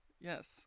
yes